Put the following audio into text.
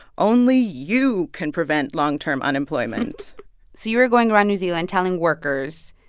only you can prevent long-term unemployment so you were going around new zealand telling workers,